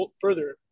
further